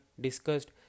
discussed